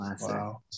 Wow